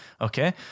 Okay